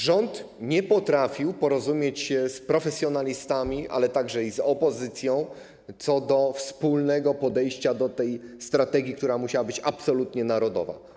Rząd nie potrafił porozumieć się z profesjonalistami, ale także z opozycją co do wspólnego podejścia do tej strategii, która musiała być absolutnie narodowa.